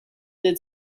did